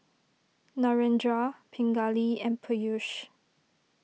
Narendra Pingali and Peyush